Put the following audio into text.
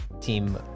Team